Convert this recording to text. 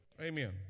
Amen